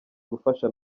gufasha